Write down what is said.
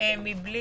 מבלי